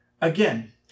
Again